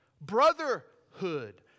Brotherhood